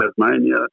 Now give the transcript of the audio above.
Tasmania